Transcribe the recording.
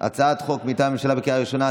הצעת חוק מטעם הממשלה בקריאה ראשונה,